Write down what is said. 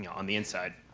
yeah on the inside